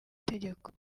tegeko